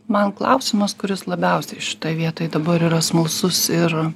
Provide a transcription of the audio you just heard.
man klausimas kuris labiausiai šitoj vietoj dabar yra smalsus ir